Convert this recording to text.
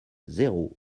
zéro